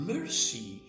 Mercy